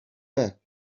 back